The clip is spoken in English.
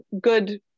good